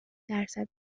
درصد